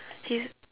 his